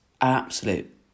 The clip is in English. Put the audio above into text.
absolute